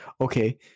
okay